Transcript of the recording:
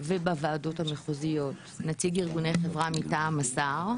ובוועדות המחוזיות נציג ארגוני חברה מטעם השר,